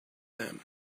them